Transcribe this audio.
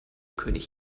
könig